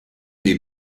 des